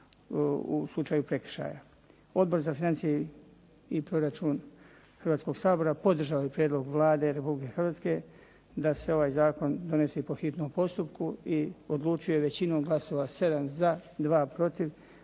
u slučaju prekršaja. Odbor za financije i proračun Hrvatskog sabora podržao je prijedlog Vlade Republike Hrvatske da se ovaj zakon donese po hitnom postupku i odlučio je većinom glasova, 7 za, 2 protiv